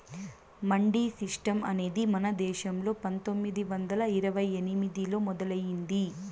mandi system అనేది మన దేశంలో పందొమ్మిది వందల ఇరవై ఎనిమిదిలో మొదలయ్యింది